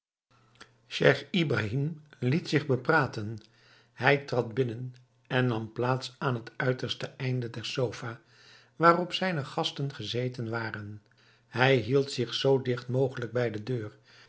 scheich ibrahim liet zich bepraten hij trad binnen en nam plaats aan het uiterste einde der sofa waarop zijne gasten gezeten waren hij hield zich zoo digt mogelijk bij de deur